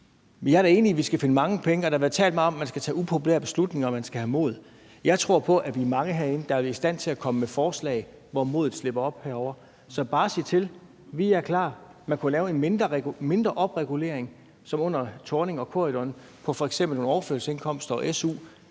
Jeg er da enig i, at vi skal finde mange penge, og der er blevet talt meget om, at man skal tage upopulære beslutninger og man skal have mod. Jeg tror på, at vi er mange herinde, der er i stand til at komme med forslag, når modet slipper op herovre. Så bare sig til, vi er klar. Man kunne lave en mindre regulering som under Thorning og Corydon på f.eks. nogle overførselsindkomster og su.